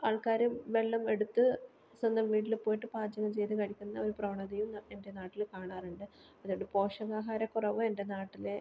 ആൾക്കാര് വെള്ളം എടുത്ത് സ്വന്തം വീട്ടില് പോയിട്ട് പാചകം ചെയ്ത് കഴിക്കുന്ന ഒരു പ്രവണതയും എൻ്റെ നാട്ടില് കാണാറുണ്ട് അതുകൊണ്ട് പോഷക ആഹാരക്കുറവ് എൻ്റെ നാട്ടില്